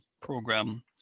Program